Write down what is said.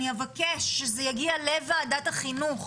אני אבקש שזה יגיע לוועדת החינוך,